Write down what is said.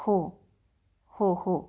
हो हो हो